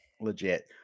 legit